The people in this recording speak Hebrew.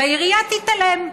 והעירייה תיתן להן.